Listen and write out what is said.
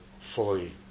fully